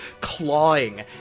clawing